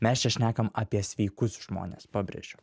mes čia šnekam apie sveikus žmones pabrėžiu